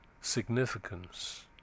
significance